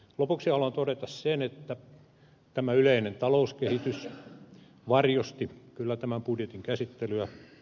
lopuksi haluan todeta sen että tämä yleinen talouskehitys varjosti kyllä tämän budjetin käsittelyä